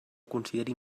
consideri